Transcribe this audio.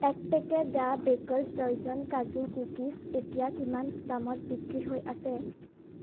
এক packet the baker's dozen কাজু cookies এতিয়া কিমান দামত বিক্রী হৈ আছে